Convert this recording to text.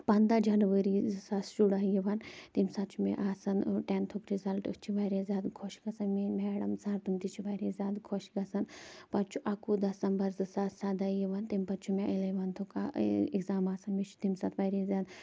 پنٛداہ جَنوری زٕ ساس شُراہ یِوان تَمہِ ساتہٕ چھُ مےٚ آسان ٹینتُھک رِزَلٹہٕ أسۍ چھِ واریاہ زیادٕ خۄش گژھان میٲنۍ مٮ۪ڈم سَر تِم تہِ چھِ واریاہ زیادٕ خۄش گژھان پَتہٕ چھُ اَکہٕ وُہ دسمبر زٕ ساس سَداہ یِوان تَمہِ پتہٕ چھُ مےٚ اَلیوَنٛتھُک اٮ۪کزام آسان مےٚ چھِ تَمہِ ساتہٕ واریاہ زیادٕ